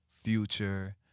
Future